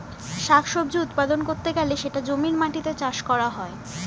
শাক সবজি উৎপাদন করতে গেলে সেটা জমির মাটিতে চাষ করা হয়